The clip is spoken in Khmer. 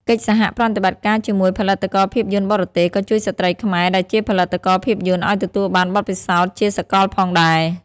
កិច្ចសហប្រតិបត្តិការជាមួយផលិតករភាពយន្តបរទេស ក៏ជួយស្ត្រីខ្មែរដែលជាផលិតករភាពយន្តឱ្យទទួលបានបទពិសោធន៍ជាសកលផងដែរ។